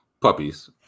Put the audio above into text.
Puppies